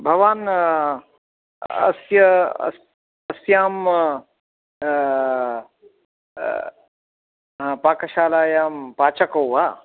भवान् अस्य अस् अस्यां पाकशालायां पाचको वा